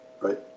right